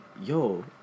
yo